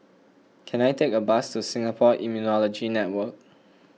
can I take a bus to Singapore Immunology Network